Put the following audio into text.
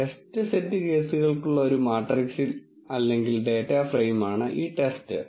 test set കേസുകൾക്കുള്ള ഒരു matrix അല്ലെങ്കിൽ ഡാറ്റ ഫ്രെയിമാണ് ഈ ടെസ്റ്റ്